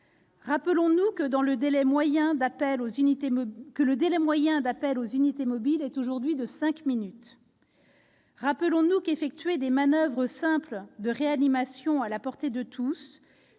Rappelons-nous que le délai moyen d'appel aux unités mobiles est aujourd'hui de cinq minutes. Rappelons-nous qu'effectuer des manoeuvres simples de réanimation à la portée de tous-